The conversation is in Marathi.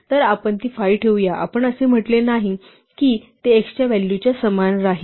तर आपण ती 5 ठेऊया आपण असे म्हटले नाही की ती x व्हॅल्यूच्या समान राहील